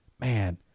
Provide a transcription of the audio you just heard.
man